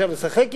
אפשר לשחק אתה.